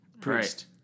priest